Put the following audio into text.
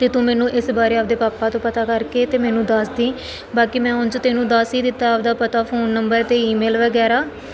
ਅਤੇ ਤੂੰ ਮੈਨੂੰ ਇਸ ਬਾਰੇ ਆਪਦੇ ਪਾਪਾ ਤੋਂ ਪਤਾ ਕਰਕੇ ਅਤੇ ਮੈਨੂੰ ਦੱਸ ਦਈ ਬਾਕੀ ਮੈਂ ਉਂਝ ਤੈਨੂੰ ਦੱਸ ਹੀ ਦਿੱਤਾ ਆਪਦਾ ਪਤਾ ਫੋਨ ਨੰਬਰ ਅਤੇ ਈਮੇਲ ਵਗੈਰਾ